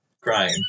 crying